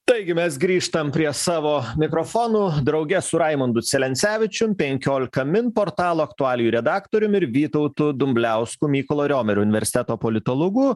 taigi mes grįžtam prie savo mikrofonų drauge su raimundu celencevičium penkiolika min portalo aktualijų redaktoriumi vytautu dumbliausku mykolo riomerio universiteto politologu